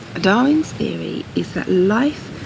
darwin's theory is that life,